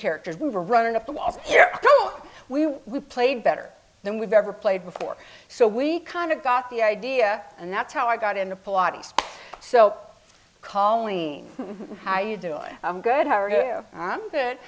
characters we were running up to last year we we played better than we've ever played before so we kind of got the idea and that's how i got into so colleen how you doing i'm good how are you i'm good